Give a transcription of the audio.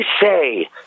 say